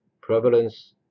Prevalence